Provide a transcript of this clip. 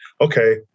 okay